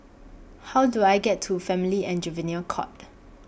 How Do I get to Family and Juvenile Court